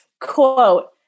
quote